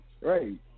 Right